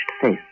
face